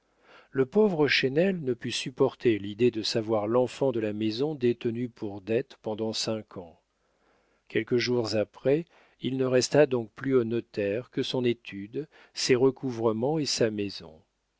le pauvre chesnel ne put supporter l'idée de savoir l'enfant de la maison détenu pour dettes pendant cinq ans quelques jours après il ne resta donc plus au notaire que son étude ses recouvrements et sa maison